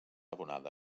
abonada